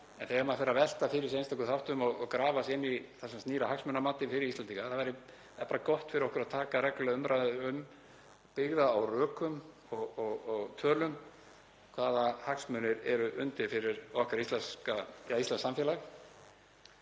En þegar maður fer að velta fyrir sér einstökum þáttum og grafa sig inn í það sem snýr að hagsmunamati fyrir Íslendinga — það væri bara gott fyrir okkur að taka reglulega umræðu um, byggða á rökum og tölum hvaða hagsmunir eru undir fyrir íslenskt samfélag